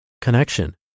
connection